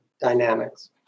dynamics